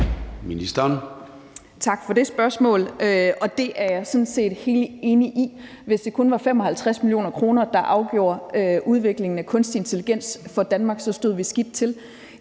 Bjerre): Tak for det spørgsmål. Det er jeg sådan set helt enig i. Hvis det kun var 55 mio. kr., der afgjorde udviklingen af kunstig intelligens for Danmark, stod det skidt til.